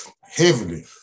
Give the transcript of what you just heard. heavily